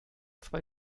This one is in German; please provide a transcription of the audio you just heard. zwei